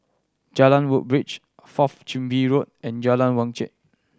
Jalan Woodbridge Fourth Chin Bee Road and Jalan Wajek